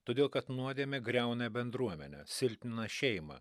todėl kad nuodėmė griauna bendruomenę silpnina šeimą